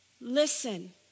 Listen